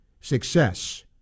success